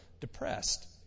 depressed